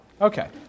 Okay